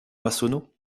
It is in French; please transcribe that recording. massonneau